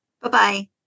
Bye-bye